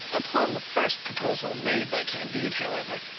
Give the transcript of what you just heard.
upon the first proposal made by candide, however,